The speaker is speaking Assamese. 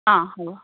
অঁ হ'ব